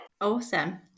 Awesome